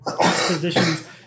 positions